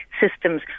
systems